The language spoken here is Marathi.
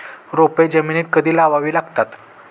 रोपे जमिनीत कधी लावावी लागतात?